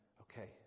okay